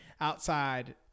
outside